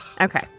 Okay